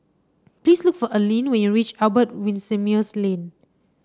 please look for Allene when you reach Albert Winsemius Lane